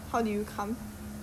grab